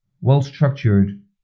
well-structured